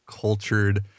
cultured